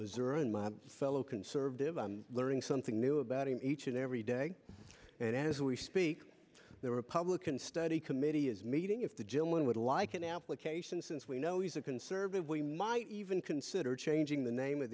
missouri and my fellow conservative i'm learning something new about each and every day and as we speak the republican study committee is meeting if the gentleman would like an application since we know he's a conservative we might even can that or changing the name of